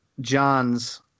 John's